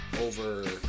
over